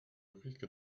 risques